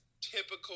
typical